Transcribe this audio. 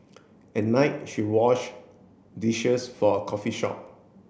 at night she wash dishes for a coffee shop